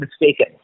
mistaken